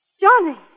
Johnny